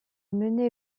mené